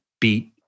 beat